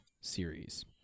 series